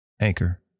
Anchor